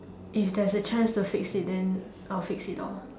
if there's a chance to fix it then I'll fix it loh